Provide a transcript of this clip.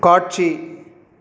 காட்சி